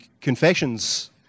confessions